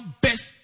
best